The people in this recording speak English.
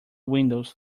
windows